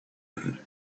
and